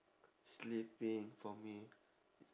sleeping for me